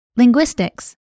linguistics